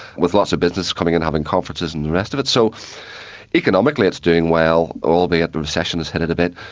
with lots of businesses coming in and having conferences and the rest of it. so economically it's doing well, albeit the recession has hit it a bit.